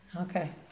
Okay